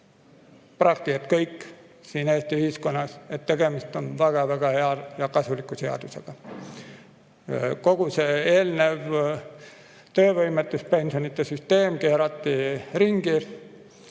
praktiliselt kõik Eesti ühiskonnas nõus, et tegemist on väga hea ja kasuliku seadusega. Kogu eelnev töövõimetuspensionide süsteem keerati ringi.